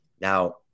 Now